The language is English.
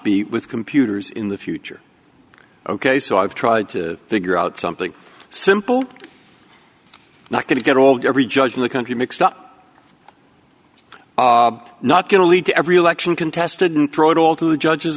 be with computers in the future ok so i've tried to figure out something simple not going to get all day every judge in the country mixed up not going to lead to every election contest and throw it all to the judges